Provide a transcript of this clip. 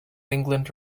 england